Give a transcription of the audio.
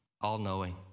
all-knowing